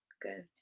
good